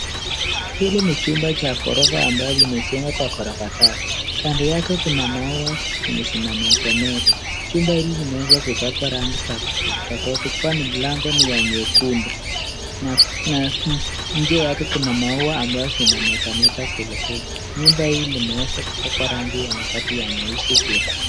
Hili ni chumba cha korofa ambayo limejengwa kwa korofa tatu. Kando yake kuna maua zenye zinametemete. Chumba hili limeweza kupakwa rangi safi tofauti tofauti. Kwa mfano, mlango ni ya nyekundu na nje yake kuna maua ambayo zinametemete kweli kweli. Nyumba hii limeweza kupakwa rangi ya mabati ya nyeusi pia.